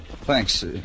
Thanks